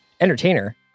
entertainer